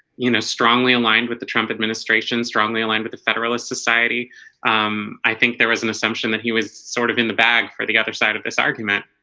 you know strongly aligned with the trump administration strongly aligned with the federalist society i think there was an assumption that he was sort of in the bag for the other side of this argument